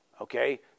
okay